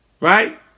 right